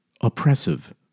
oppressive